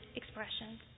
expressions